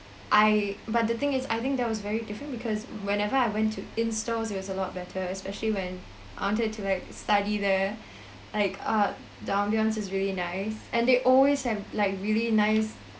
I but the thing is I think that was very different because whenever I went to in stores it was a lot better especially when I wanted to study there like uh the ambience is really nice and they always have like really nice